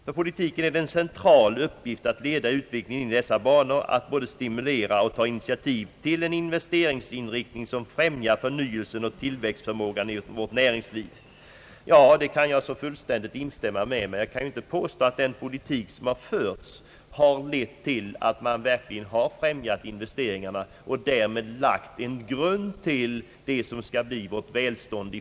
För politiken är det en central uppgift att leda utvecklingen in i dessa banor, att både stimulera och ta initiativ till en investeringsinriktning som främjar förnyelsen och tillväxtförmågan i vårt näringsliv. Jag kan fullständigt instämma i detta uttalande men vill däremot inte påstå att den förda politiken har lett till att man verkligen har främjat investeringarna och därmed lagt en grund till vårt fortsatta välstånd.